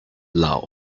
love